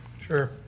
sure